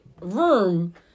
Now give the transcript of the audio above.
room